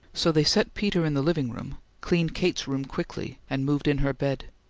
so they set peter in the living room, cleaned kate's room quickly, and moved in her bed.